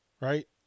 right